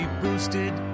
boosted